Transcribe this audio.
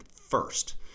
first